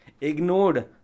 ignored